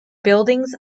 buildings